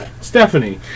Stephanie